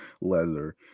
leather